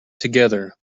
together